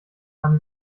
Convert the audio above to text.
kann